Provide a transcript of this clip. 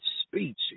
speech